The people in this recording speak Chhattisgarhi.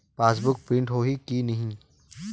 पासबुक प्रिंट होही कि नहीं?